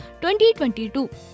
2022